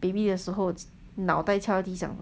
baby 的时候脑袋敲在地上